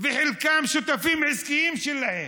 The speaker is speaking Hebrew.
וחלקם שותפים עסקיים שלהם,